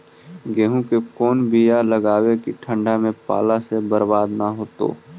गेहूं के कोन बियाह लगइयै कि ठंडा में पाला से बरबाद न होतै?